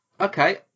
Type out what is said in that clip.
Okay